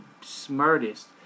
smartest